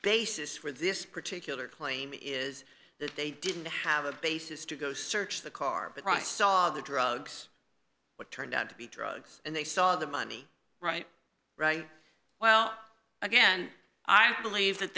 basis for this particular claim is that they didn't have a basis to go search the car but right saw the drugs what turned out to be drugs and they saw the money right well again i believe that